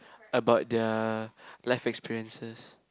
about their life experiences